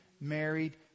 married